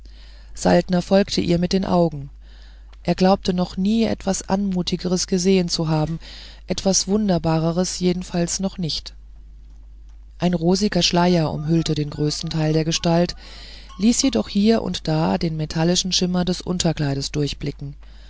saltner folgte ihr mit den augen er glaubte noch nie etwas anmutigeres gesehen zu haben etwas wunderbareres jedenfalls noch nicht ein rosiger schleier umhüllte den größten teil der gestalt ließ jedoch hier und da den metallischen schimmer des unterkleides durchblicken